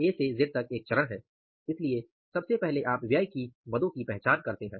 A से Z तक एक चरण है इसलिए सबसे पहले आप व्यय की मदों की पहचान करते हैं